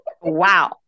wow